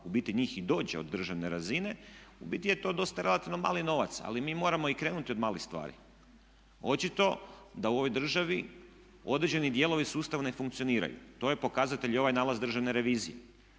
u biti njih i dođe od državne razine. U biti je to dosta relativno mali novac, ali mi moramo i krenuti od malih stvari. Očito da u ovoj državi određeni dijelovi sustava ne funkcioniraju. To je pokazatelj i ovaj nalaz državne revizije.